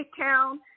Town